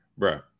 bruh